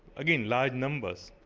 again large numbers.